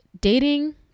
dating